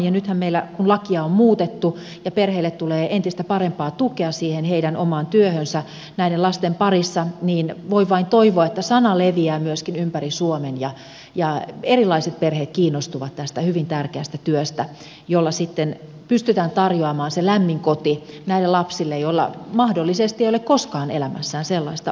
ja nythän meillä kun lakia on muutettu ja perheille tulee entistä parempaa tukea siihen heidän omaan työhönsä näiden lasten parissa niin voi vain toivoa että sana leviää myöskin ympäri suomen ja erilaiset perheet kiinnostuvat tästä hyvin tärkeästä työstä jolla sitten pystytään tarjoamaan se lämmin koti näille lapsille joilla mahdollisesti ei ole koskaan elämässään sellaista ollut